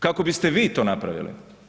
Kako biste vi to napravili?